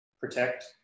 protect